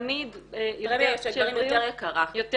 תמיד יותר -- פרמיה של גברים יותר יקרה כי הם לא מטפלים בעצמם.